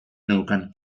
neukan